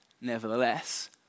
Nevertheless